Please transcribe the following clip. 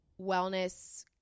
wellness